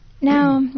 Now